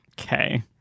Okay